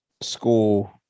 school